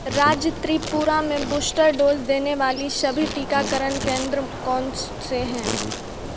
राज्य त्रिपुरा में booster dose देने वाले सभी टीकाकरण केंद्र कौन से हैं